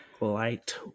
Light